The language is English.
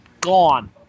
gone